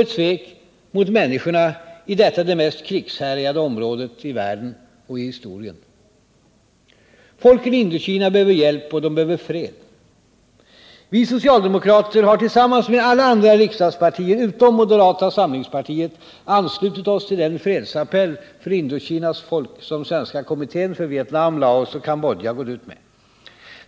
ett svek mot människorna i detta det mest krigshärjade området i världen och i historien. Folken i Indokina behöver hjälp — och de behöver fred. Vi socialdemokrater har tillsammans med alla andra riksdagspartier, utom moderata samlingspartiet, anslutit oss till den fredsappell för Indokinas folk som Svenska kommittén för Vietnam, Laos och Cambodja gått ut med.